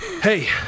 Hey